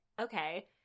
okay